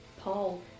paul